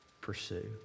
pursue